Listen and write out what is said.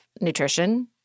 nutrition